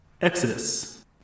Exodus